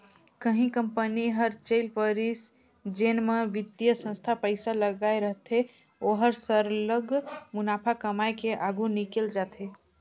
कहीं कंपनी हर चइल परिस जेन म बित्तीय संस्था पइसा लगाए रहथे ओहर सरलग मुनाफा कमाए के आघु निकेल जाथे